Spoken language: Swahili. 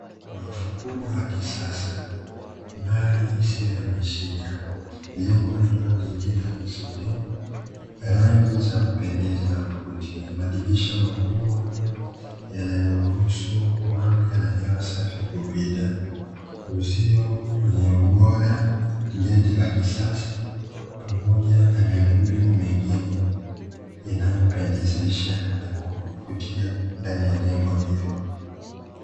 Gorofa kubwa la kisasa mali isiyo hameshika, jengo lililojengeka vizuri, rangi za kupendeza na kuvutia madirisha makubwa yanayoruhusu mwanga na hewa safi kupita uzio wenye ubora geti la kisasa pamoja na miundombinu mingine, inayopendezesha na kuvutia ndani ya jengo hilo.